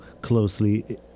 closely